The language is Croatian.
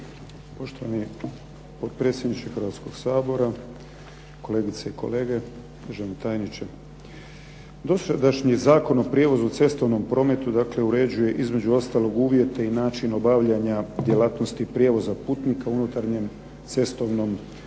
Poštovani potpredsjedniče Hrvatskoga sabora, kolegice i kolege, državni tajniče. Dosadašnji Zakon o prijevozu u cestovnom prometu dakle uređuje između ostalog uvjete i način obavljanja djelatnosti prijevoza putnika u unutarnjem cestovnom prometu.